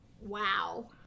wow